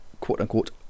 quote-unquote